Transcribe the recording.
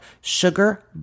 sugar